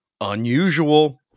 unusual